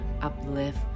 uplift